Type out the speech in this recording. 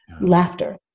laughter